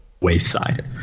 wayside